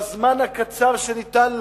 בזמן הקצר שניתן לו,